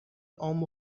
عام